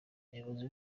ubuyobozi